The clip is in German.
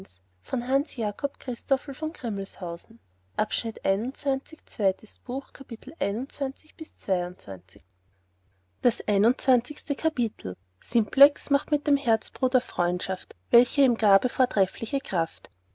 das einundzwanzigste kapitel simplex macht mit dem herzbruder freundschaft welche ihm gabe vortreffliche kraft